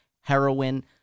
heroin